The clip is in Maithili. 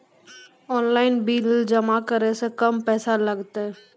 ऑनलाइन बिल जमा करै से कम पैसा लागतै?